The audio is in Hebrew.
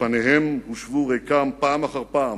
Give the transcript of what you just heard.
שפניהם הושבו ריקם פעם אחר פעם